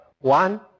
One